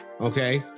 okay